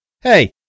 Hey